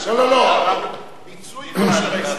מה שקרוי מיצוי כושר ההשתכרות.